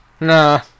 nah